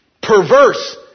perverse